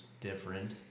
different